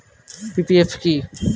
PPF কি?